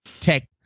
tech